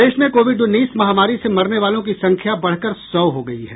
प्रदेश में कोविड उन्नीस महामारी से मरने वालों की संख्या बढ़कर सौ हो गयी है